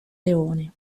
leone